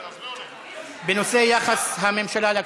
בנושא: יחס הממשלה לקשישים,